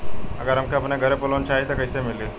अगर हमके अपने घर पर लोंन चाहीत कईसे मिली?